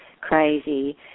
crazy